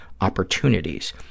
opportunities